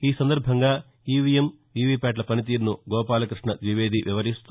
ఈ సందర్బంగా ఈవీఎం వీవీప్యాట్ల పనితీరును గోపాలకృష్ణ ద్వివేది వివరిస్తూ